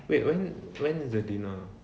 wait when when is the dinner